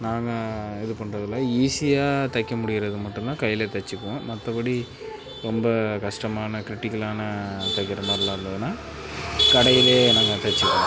நாங்கள் இது பண்ணுறதில்ல ஈஸியாக தைக்க முடிகிறத மட்டும் தான் கைலேயே தைச்சிக்குவோம் மற்றபடி ரொம்ப கஷ்டமான க்ரிட்டிக்கலான தைக்கிற மாதிரிலாம் இருந்ததுன்னால் கடையிலேயே நாங்கள் தைச்சிக்குவோம்